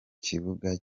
kibuga